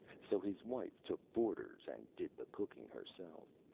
so his wife took boarders and did the cooking herself.